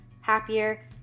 happier